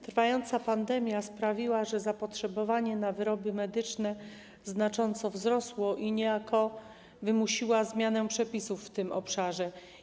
Trwająca pandemia sprawiła, że zapotrzebowanie na wyroby medyczne znacząco wzrosło i niejako wymusiło zmianę przepisów w tym obszarze.